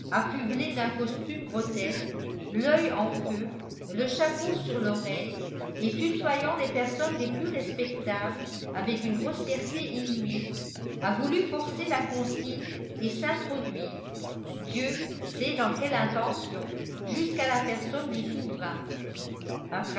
affublé d'un costume grotesque l'oeil en feu le chapeau sur l'oreille et tutoyant les personnes les plus respectables avec une grossièreté inouïe a voulu forcer la consigne et s'introduire dieu sait dans quelle intention jusqu'à la personne du souverain à